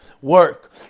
Work